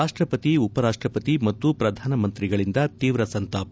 ರಾಷ್ಟ ಪತಿ ಉಪರಾಷ್ಟ ವತಿ ಮತು ಪ್ರಧಾನಮಂತ್ರಿಗಳಿಂದ ತೀವ್ರ ಸಂತಾಪ